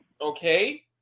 Okay